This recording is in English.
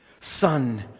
Son